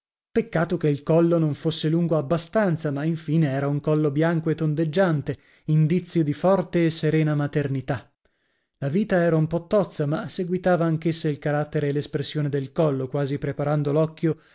peccato che il collo non fosse lungo abbastanza ma in fine era un collo bianco e tondeggiante indizio di forte e serena maternità la vita era un po tozza ma seguitava anch'essa il carattere e l'espressione del collo quasi preparando l'occhio